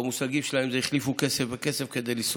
במושגים של היום זה החליפו כסף בכסף כדי לשרוד.